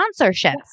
sponsorships